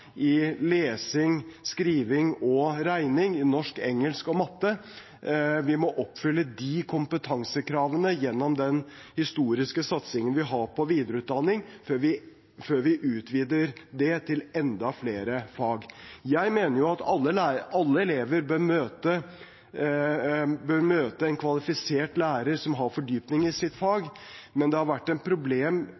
i lesing, skriving og regning – i norsk, engelsk og matte. Vi må oppfylle de kompetansekravene gjennom den historiske satsingen vi har på videreutdanning før vi utvider det til enda flere fag. Jeg mener at alle elever bør møte en kvalifisert lærer som har fordypning i sitt fag.